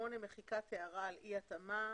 מחיקת הערה על אי התאמה.